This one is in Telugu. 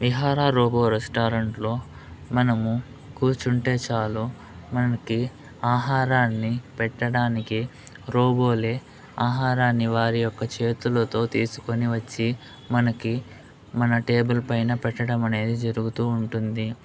విహార రోబో రెస్టారెంట్లో మనము కూర్చుంటే చాలు మనకి ఆహారాన్నిపెట్టడానికి రోబోలే ఆహారాన్ని వారి యొక్క చేతులతో తీసుకొని వచ్చి మనకి మన టేబుల్ పైన పెట్టడం అనేది జరుగుతూ ఉంటుంది